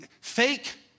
fake